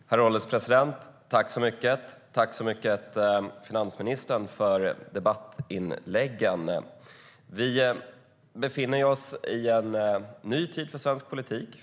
Herr ålderspresident! Jag tackar finansministern så mycket för debattinläggen. Vi befinner oss i en ny tid för svensk politik.